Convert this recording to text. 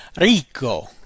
Rico